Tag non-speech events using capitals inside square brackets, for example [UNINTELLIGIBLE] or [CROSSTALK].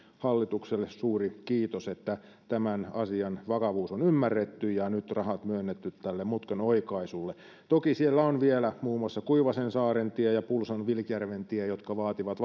hallitukselle suuri kiitos että tämän asian vakavuus on ymmärretty ja nyt rahat myönnetty tälle mutkan oikaisulle toki siellä on vielä muun muassa kuivasensaarentie ja ja pulsan vilkjärven tie jotka vaativat [UNINTELLIGIBLE]